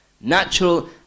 Natural